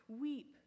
weep